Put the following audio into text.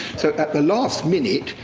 so at the last minute,